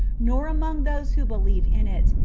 nor among those who believe in it,